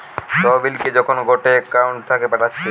তহবিলকে যখন গটে একউন্ট থাকে পাঠাচ্ছে